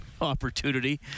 opportunity